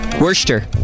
Worcester